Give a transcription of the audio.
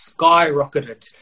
skyrocketed